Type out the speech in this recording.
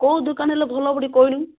କେଉଁ ଦୋକାନ ହେଲେ ଭଲ ହେବ ଟିକେ କହିଲୁ